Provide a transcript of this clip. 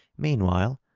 meanwhile,